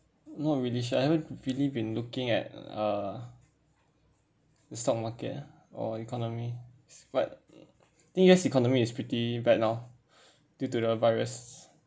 not really sure I haven't really been looking at uh the stock market ah or economy but I think U_S economy is pretty bad now due to the virus